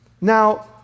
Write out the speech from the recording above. Now